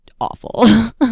awful